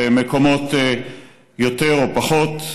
למקומות יותר או פחות,